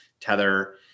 Tether